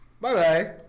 Bye-bye